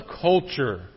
culture